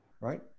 right